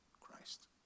Christ